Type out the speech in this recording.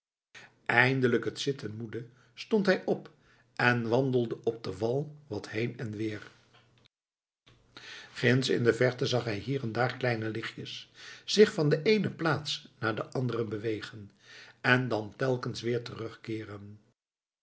eindelijk het zitten moede stond hij op en wandelde op den wal wat heen en weer ginds in de verte zag hij hier en daar kleine lichtjes zich van de eene plaats naar de andere bewegen en dan telkens weer terug